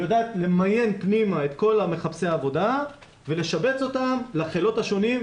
יודעת למיין פנימה את כל מחפשי העבודה ולשבץ אותם לחיילות השונים,